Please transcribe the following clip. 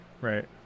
right